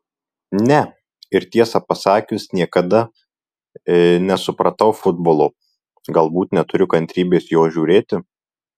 ne ir tiesą pasakius niekada nesupratau futbolo galbūt neturiu kantrybės jo žiūrėti